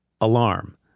Alarm